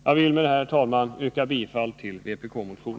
Jag vill med detta yrka bifall till vpk:s motion.